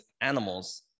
animals